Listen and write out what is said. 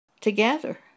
together